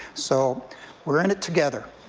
so we're in it together.